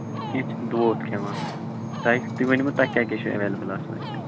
کیٚنٛہہ چھُنہٕ دو کھیوان تۄہہِ تُہۍ ؤنو تۄہہِ کیاہ کیاہ چھُ ایویلیبٕل آسان